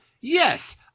Yes